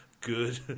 good